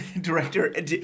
director